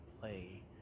play